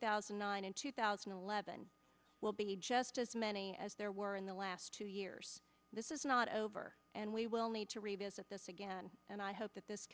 thousand and nine and two thousand and eleven will be just as many as there were in the last two years this is not over and we will need to revisit this again and i hope that this